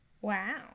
Wow